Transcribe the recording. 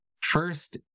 First